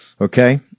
Okay